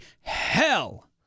hell